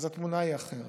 אז התמונה היא אחרת.